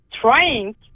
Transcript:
trying